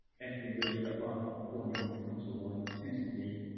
anything really above the four hundred metre contour line tended to be